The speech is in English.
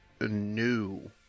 new